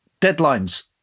Deadlines